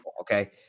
Okay